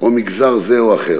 או מגזר זה או אחר.